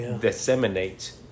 disseminate